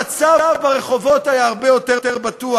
המצב ברחובות היה הרבה יותר בטוח.